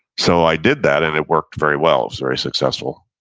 so i did that and it worked very well. it was very successful.